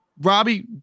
Robbie